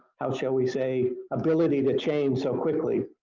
how shall we say, ability to change so quickly.